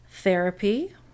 therapy